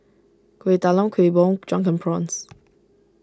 Kuih Talam Kuih Bom Drunken Prawns